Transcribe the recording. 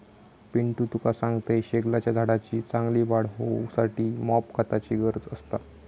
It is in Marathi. पिंटू तुका सांगतंय, शेगलाच्या झाडाची चांगली वाढ होऊसाठी मॉप खताची गरज असता